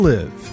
Live